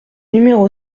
numéro